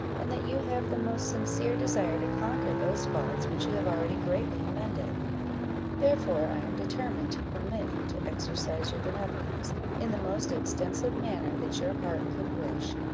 and that you have the most sincere desire to conquer those faults which you have already greatly amended therefore i am determined to permit you to exercise your benevolence, in the most extensive manner that your heart could wish,